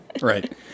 Right